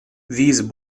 these